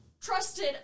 trusted